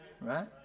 Right